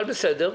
אבל בסדר.